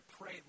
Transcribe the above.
pray